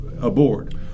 aboard